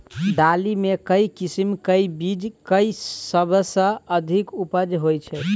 दालि मे केँ किसिम केँ बीज केँ सबसँ अधिक उपज होए छै?